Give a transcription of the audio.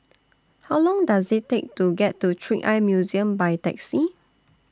How Long Does IT Take to get to Trick Eye Museum By Taxi